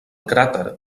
cràter